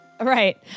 Right